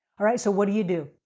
all right. so, what do you do?